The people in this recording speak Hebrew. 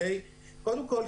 קודם כל,